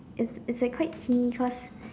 it's it's like quite hmm cause